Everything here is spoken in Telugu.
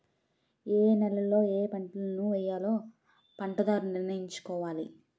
ఏయే నేలలలో ఏపంటలను వేయాలో పంటదారుడు నిర్ణయించుకోవాలి